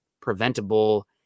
preventable